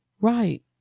Right